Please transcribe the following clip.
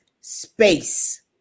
space